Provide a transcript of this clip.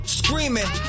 screaming